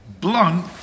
Blunt